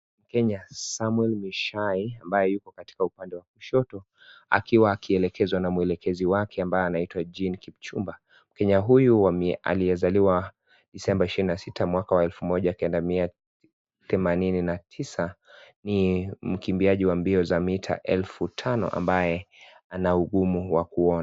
Mkenya Samuel Muchai ambaye yuko katika upande wa kushoto akiwa akielekezwa na mwelekezi wake ambaye anaitwa Jean Kipchumba . Mkenya huyu aliyezaliwa Disemba ishirini na sita mwaka wa elfu moja kenda mia themanini na tisa ni mkimbiaji wa mbio za mita elfu tano ambaye ana ugumu wa kuona.